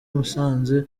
musanze